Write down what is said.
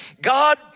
God